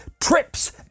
trips